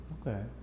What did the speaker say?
okay